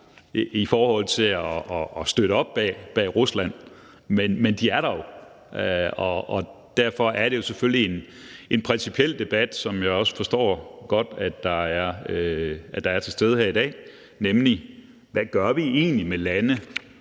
i forhold til at støtte op om Rusland, men de er der jo. Og derfor er det jo selvfølgelig en principiel debat, som jeg også godt forstår at der er her i dag, nemlig hvad vi egentlig gør med lande,